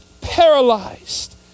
paralyzed